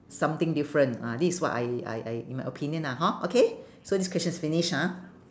something different ah this is what I I I in my opinion ah hor okay so this question is finish ha